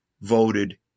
voted